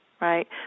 right